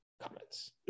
comments